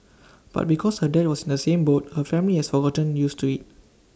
but because her dad was in the same boat her family has gotten used to IT